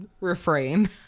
refrain